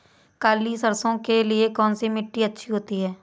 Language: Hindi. काली सरसो के लिए कौन सी मिट्टी अच्छी होती है?